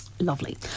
Lovely